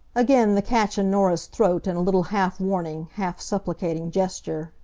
again the catch in norah's throat and a little half warning, half supplicating gesture.